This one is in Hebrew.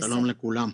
שלום לכולם.